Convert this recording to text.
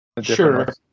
Sure